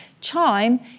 Chime